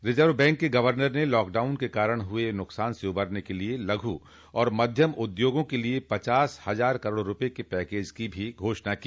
reserve Bank के governor ने lockdown के कारण हुए नुकसान से उबरने के लिये लघ् और मध्यम उद्योगों के लिए पचास हजार करोड़ रुपये के पैकेज को भी घोषणा की